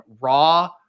raw